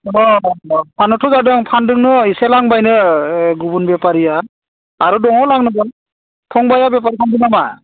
फानोथ' जादों फानदोङो एसे लांबायानानो गुबुन बेफारिया आरो दङ लांनो फंबाया बेफार खालामदों नामा